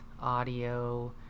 audio